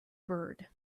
bird